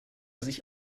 sich